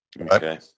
Okay